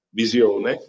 visione